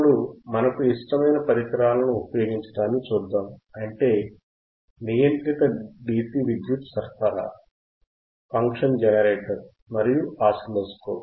ఇప్పుడు మనకు ఇష్టమైన పరికరాలను ఉపయోగించడాన్ని చూద్దాం అంటే నియంత్రిత DC విద్యుత్ సరఫరా ఫంక్షన్ జనరేటర్ మరియు ఆసిలోస్కోప్